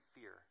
fear